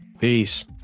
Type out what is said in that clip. Peace